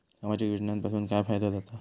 सामाजिक योजनांपासून काय फायदो जाता?